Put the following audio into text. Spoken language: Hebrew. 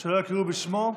שלא קראו בשמו?